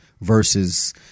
versus